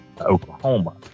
Oklahoma